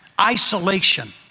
isolation